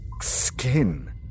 skin